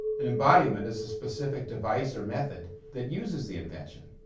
an embodiment is a specific device or method that uses the invention,